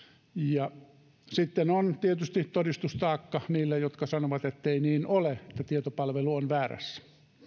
ja sitten on tietysti todistustaakka niillä jotka sanovat ettei niin ole että tietopalvelu on väärässä